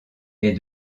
est